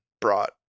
brought